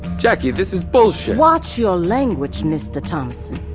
jacki, this is bullshit watch your language, mister thomassen,